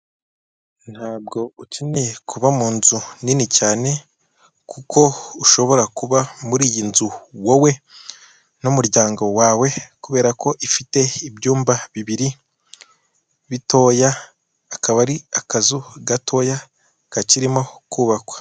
Ntabwo ukeneye kuba munzu nini cyane kuko ushobora kuba muri iyi nzu wowe n'umuryango wawe, kubera ko ifite ibyumba bibiri bitoya. akaba ari akazu gatoya kakirimo kubakwa.